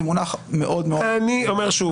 זה מונח מאוד מאוד --- אני אומר שוב